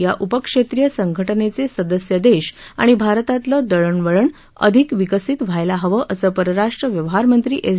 या उपक्षेत्रिय संघटनेचे सदस्य देश आणि भारतातलं दळणवळ अधिक विकसित व्हायला हवं असं परराष्ट्र व्यवहारमंत्री एस